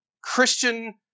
Christian